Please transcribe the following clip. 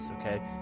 okay